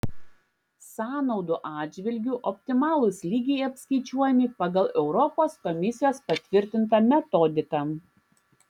sąnaudų atžvilgiu optimalūs lygiai apskaičiuojami pagal europos komisijos patvirtintą metodiką